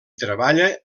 treballa